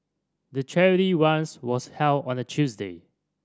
the charity runs was held on a Tuesday